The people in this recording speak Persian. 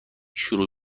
شروع